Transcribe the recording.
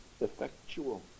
effectual